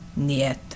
Niet